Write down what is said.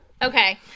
Okay